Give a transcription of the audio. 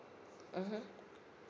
mmhmm